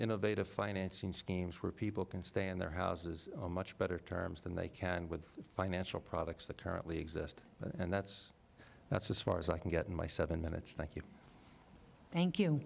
innovative financing schemes where people can stay in their houses much better terms than they can with financial products that currently exist and that's that's as far as i can get in my seven minutes thank you thank you